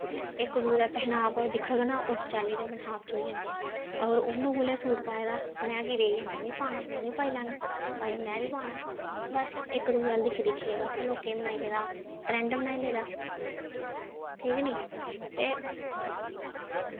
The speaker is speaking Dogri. इक दूए दा पैहनाव दिक्खङन उस चाल्ली दे पैह्नाव च होई जंदे ऐ अगर उन्न उऐ लेहा सूट पाए दा में की रेही गेआ में बी पाना में बी पाई लैना भाई में बी पाना बस इक दूए अ'ल्ल दिक्खी दिक्खियै बस लोकें बनाई लेदा ट्रैंड बनाई लेदा ठीक ऐ नी ते